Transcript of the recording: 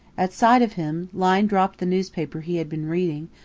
at sight of him, lyne dropped the newspaper he had been reading,